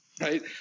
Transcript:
Right